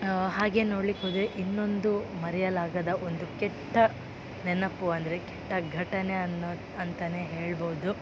ಹಾಗೆ ನೋಡ್ಲಿಕ್ಕೆ ಹೋದರೆ ಇನ್ನೊಂದು ಮರೆಯಲಾಗದ ಒಂದು ಕೆಟ್ಟ ನೆನಪು ಅಂದರೆ ಕೆಟ್ಟ ಘಟನೆ ಅನ್ನೋ ಅಂತಲೇ ಹೇಳ್ಬೋದು